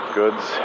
goods